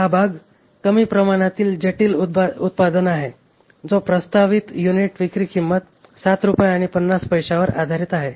हा भाग कमी प्रमाणातील जटिल उत्पादन आहे जो प्रस्तावित युनिट विक्री किंमती 7 रुपये आणि 50 पैशांवर आधारित आहे